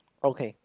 okay